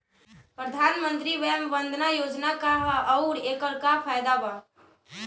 प्रधानमंत्री वय वन्दना योजना का ह आउर एकर का फायदा बा?